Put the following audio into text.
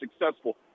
successful